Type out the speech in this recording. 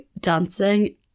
dancing